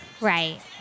Right